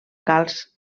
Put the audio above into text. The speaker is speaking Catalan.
calç